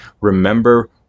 remember